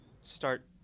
start